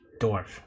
Dwarf